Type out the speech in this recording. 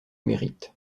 mérite